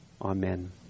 Amen